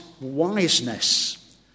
wiseness